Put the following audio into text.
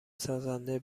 سازنده